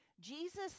Jesus